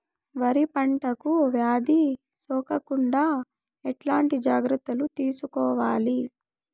వరి పంటకు వ్యాధి సోకకుండా ఎట్లాంటి జాగ్రత్తలు తీసుకోవాలి?